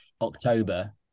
October